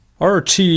RT